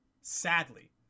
sadly